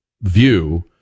view